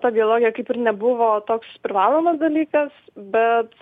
ta biologija kaip ir nebuvo toks privalomas dalykas bet